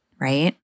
right